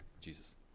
Jesus